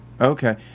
okay